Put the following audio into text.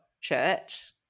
church